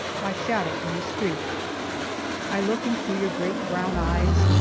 my shadow in the street i look into your great brown eyes,